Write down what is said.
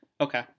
Okay